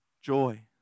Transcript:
joy